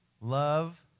love